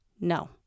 No